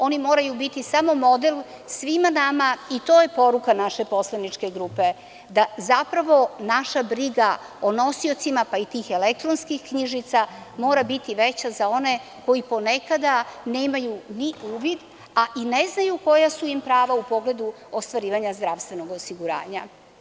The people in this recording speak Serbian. Oni moraju biti samo model svima nama i to je poruka naše poslaničke grupe, da zapravo naša briga o nosiocima pa i tih elektronskih knjižica mora biti veća za one koji ponekada nemaju ni uvid, a i ne znaju koja su im prava u pogledu ostvarivanja zdravstvenog osiguranja.